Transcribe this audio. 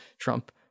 Trump